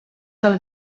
del